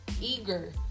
eager